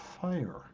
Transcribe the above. fire